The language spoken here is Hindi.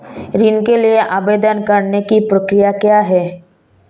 ऋण के लिए आवेदन करने की प्रक्रिया क्या है?